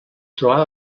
trobava